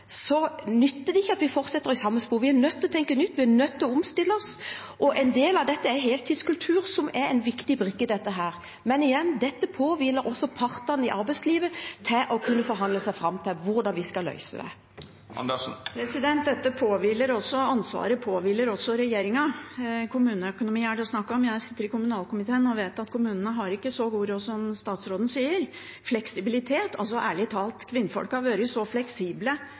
så nytter det ikke – det nytter ikke at vi fortsetter i samme spor. Vi er nødt til å tenke nytt, vi er nødt til å omstille oss. En del av dette er heltidskultur, som er en viktig brikke i dette. Men igjen, dette påhviler det også partene i arbeidslivet å forhandle seg fram til hvordan vi skal løse. Karin Andersen – til oppfølgingsspørsmål. Dette ansvaret påhviler også regjeringen. Kommuneøkonomi er det jo snakk om – jeg sitter i kommunalkomiteen og vet at kommunene ikke har så god råd som statsråden sier. Fleksibilitet: Ærlig talt, kvinnfolk har vært så fleksible